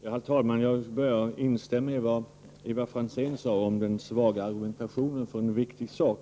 Herr talman! Jag börjar med att instämma i det Ivar Franzén sade om den svaga argumentationen för en viktig sak.